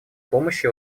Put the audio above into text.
помощи